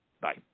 Bye